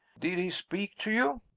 did he speak to you?